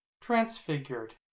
transfigured